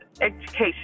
education